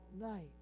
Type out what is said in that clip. night